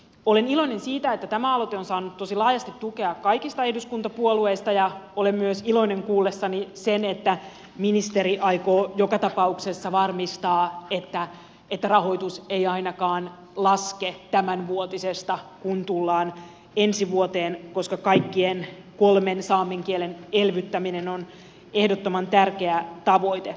olen iloinen siitä että tämä aloite on saanut tosi laajasti tukea kaikista eduskuntapuolueista ja olen myös iloinen kuullessani sen että ministeri aikoo joka tapauksessa varmistaa että rahoitus ei ainakaan laske tämänvuotisesta kun tullaan ensi vuoteen koska kaikkien kolmen saamen kielen elvyttäminen on ehdottoman tärkeä tavoite